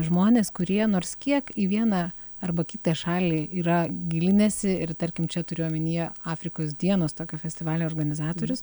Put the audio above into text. žmonės kurie nors kiek į vieną arba kitą šalį yra gilinęsi ir tarkim čia turiu omenyje afrikos dienos tokio festivalio organizatorius